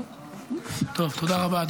תודה רבה.